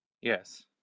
Yes